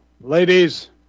ladies